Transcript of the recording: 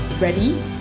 Ready